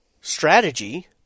strategy